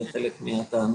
זה חלק מהתענוג.